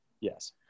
Yes